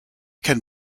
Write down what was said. can